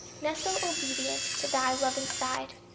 nestle obedient to thy loving side,